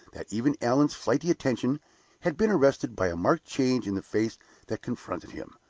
that even allan's flighty attention had been arrested by a marked change in the face that confronted him.